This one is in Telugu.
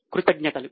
కృతజ్ఞతలు